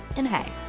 and hey,